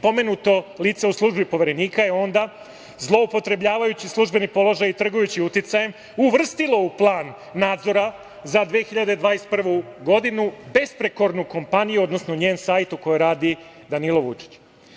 Pomenuto lice u službi Poverenika je onda, zloupotrebljavajući službeni položaj i trgujući uticajem, uvrstilo u plan nadzora za 2021. godinu besprekornu kompaniju, odnosno njen sajt u kojoj radi Danilo Vučić.